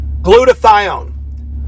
Glutathione